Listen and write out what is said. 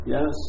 Yes